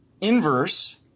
inverse